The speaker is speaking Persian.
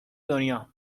دنیا